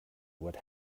what